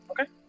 Okay